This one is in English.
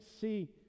see